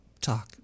talk